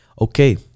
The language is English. Okay